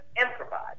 improvise